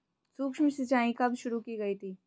सूक्ष्म सिंचाई कब शुरू की गई थी?